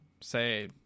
Say